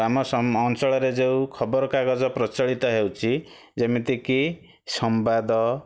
ଆମ ଅଞ୍ଚଳରେ ଯେଉଁ ଖବରକାଗଜ ପ୍ରଚଳିତ ହେଉଛି ଯେମିତିକି ସମ୍ବାଦ